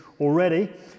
already